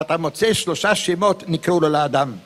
אתה מוצא שלושה שמות נקראו לו לאדם